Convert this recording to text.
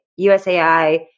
USAI